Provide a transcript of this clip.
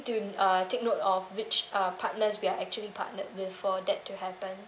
to uh take note of which uh partners we are actually partnered with for that to happen